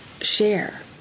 share